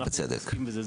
אנחנו לא מתעסקים בזה.